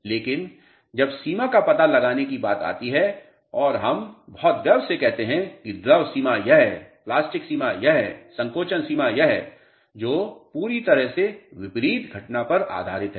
लेकिन जब सीमा का पता लगाने की बात आती है और हम बहुत गर्व से कहते हैं कि द्रव सीमा यह है प्लास्टिक की सीमा यह है संकोचन सीमा यह है जो पूरी तरह से विपरीत घटना पर आधारित है